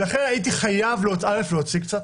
הייתי חייב, א', להוציא קצת,